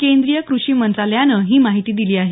केंद्रीय कृषी मंत्रालयानं ही माहिती दिली आहे